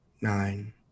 nine